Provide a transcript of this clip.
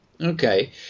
Okay